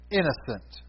innocent